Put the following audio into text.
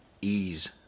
ease